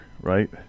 right